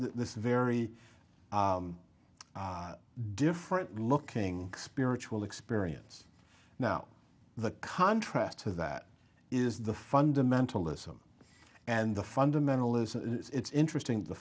this very different looking spiritual experience now the contrast to that is the fundamentalism and the fundamentalism it's interesting the